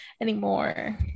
anymore